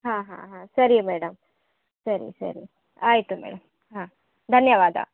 ಹಾಂ ಹಾಂ ಹಾಂ ಸರಿ ಮೇಡಮ್ ಸರಿ ಸರಿ ಆಯಿತು ಮೇಡಮ್ ಹಾಂ ಧನ್ಯವಾದ